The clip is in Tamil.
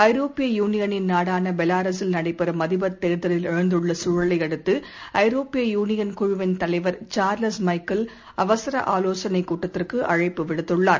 ஐரோப்பிய யூனியனின் நாடானபெலாரஸில் நடைபெறும் அதிபர் தேர்தலில் எழுந்துள்ளசூழலையடுத்தஐரோப்பிய யூனியன் குழுவிள் தலைவர் சார்லஸ் மைக்கேல் அவசரஆலோசனைக் கூட்டத்திற்குஅழைப்பு விடுத்துள்ளார்